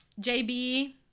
JB